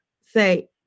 say